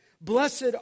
Blessed